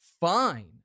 Fine